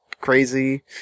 crazy